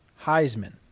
Heisman